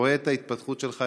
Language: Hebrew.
אני רואה את ההתפתחות שלך,